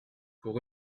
pour